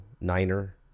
Niner